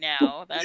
now